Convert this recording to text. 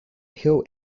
hill